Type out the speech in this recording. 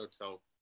hotel